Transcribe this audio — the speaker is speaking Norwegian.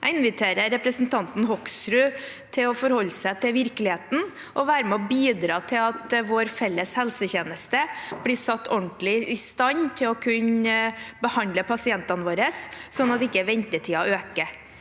Jeg inviterer representanten Hoksrud til å forholde seg til virkeligheten og være med og bidra til at vår felles helsetjeneste blir satt ordentlig i stand til å kunne behandle pasientene våre, sånn at ventetiden ikke